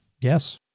yes